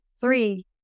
three